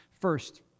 First